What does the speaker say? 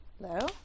Hello